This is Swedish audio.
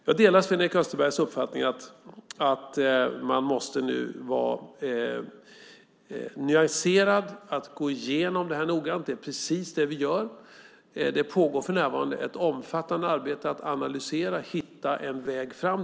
Jag delar Sven-Erik Österbergs uppfattning att man nu måste vara nyanserad och gå igenom detta noggrant. Det är precis det vi gör. Det pågår för närvarande ett omfattande arbete med att analysera och hitta en väg framåt.